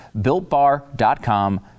builtbar.com